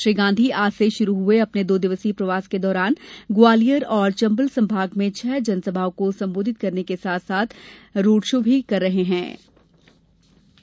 श्री गांधी आज से शुरू हुए अपने दो दिवसीय प्रवास के दौरान ग्वालियर और चंबल संभाग में छह जनसभाओं को संबोधित करने के साथ चार रोड शो करेंगे